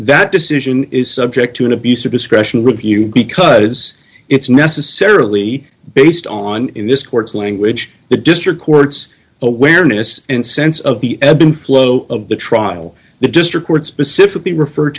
that decision is subject to an abuse of discretion review because it's necessarily based on in this court's language the district court's awareness and sense of the ebb and flow of the trial the district court specifically referred